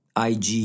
IG